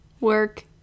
work